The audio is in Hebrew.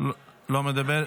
לא מדברת.